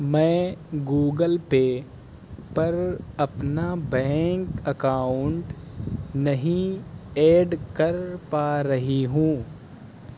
میں Google Pay پر اپنا بینک اکاؤنٹ نہیں ایڈ کر پا رہی ہوں